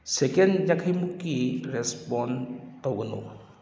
ꯁꯦꯀꯦꯟ ꯌꯥꯡꯈꯩꯃꯨꯛꯀꯤ ꯔꯦꯁꯄꯣꯟ ꯇꯧꯒꯅꯨ